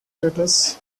craters